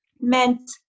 meant